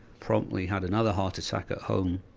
promptly had another heart attack at home.